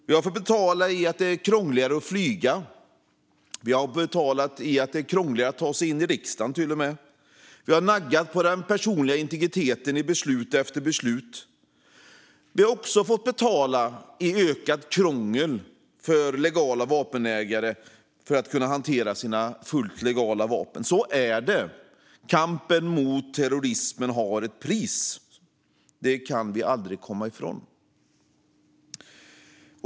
Vi har fått betala genom att det är krångligare att flyga och till och med att ta sig in i riksdagen. Vi har naggat på den personliga integriteten genom beslut efter beslut. Vi har också fått betala genom ökat krångel för legala vapenägare när de ska hantera sina fullt legala vapen. Så är det. Kampen mot terrorismen har ett pris. Det kan vi aldrig komma ifrån.